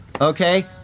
Okay